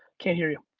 can't hear you.